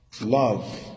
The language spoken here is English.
love